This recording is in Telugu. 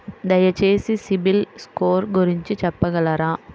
దయచేసి సిబిల్ స్కోర్ గురించి చెప్పగలరా?